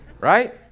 Right